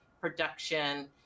production